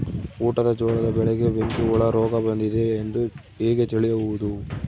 ಊಟದ ಜೋಳದ ಬೆಳೆಗೆ ಬೆಂಕಿ ಹುಳ ರೋಗ ಬಂದಿದೆ ಎಂದು ಹೇಗೆ ತಿಳಿಯುವುದು?